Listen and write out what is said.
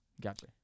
Gotcha